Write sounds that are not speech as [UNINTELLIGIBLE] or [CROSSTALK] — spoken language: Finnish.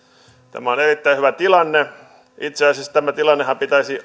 tämä on erittäin hyvä tilanne itse asiassa tämän tilanteenhan pitäisi [UNINTELLIGIBLE]